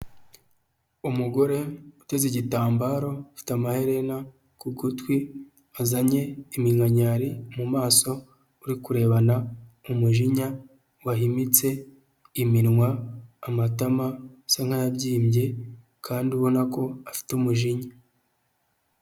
Umugore uteze igitambaro, ufite amaherena ku gutwi, azanye imkanyari mumaso, uri kurebana umujinya, wahimitse iminwa amatama usa nk'yabyimbye, kandi ubona ko afite umujinya.